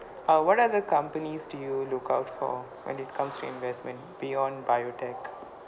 uh what other companies do you look out for when it comes to investment beyond biotech